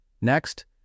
Next